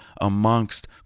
amongst